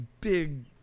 Big